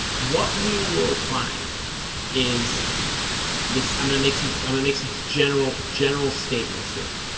what you will find is this i'm gonna make some time and make some general general statements here